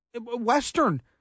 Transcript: Western